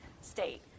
state